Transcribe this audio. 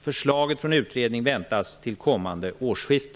Förslag från utredningen väntas till kommande årsskifte.